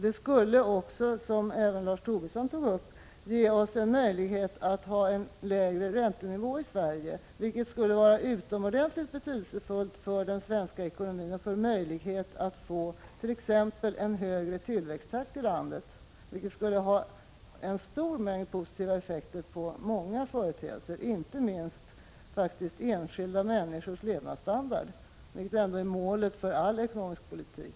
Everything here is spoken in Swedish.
Det skulle också, som Lars Tobisson sade, möjliggöra en lägre räntenivå i Sverige, vilket skulle vara utomordentligt betydelsefullt för den svenska ekonomin och för möjligheten att t.ex. skapa en högre tillväxttakt i landet, något som skulle ha en stor mängd positiva effekter på många företeelser. Inte minst skulle det ha betydelse för enskilda människors levnadsstandard, vilket ändå är målet för all ekonomisk politik.